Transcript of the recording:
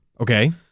Okay